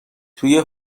توی